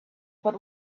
but